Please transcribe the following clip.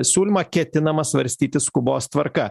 siūlymą ketinama svarstyti skubos tvarka